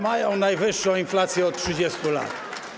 Mają najwyższą inflację od 30 lat.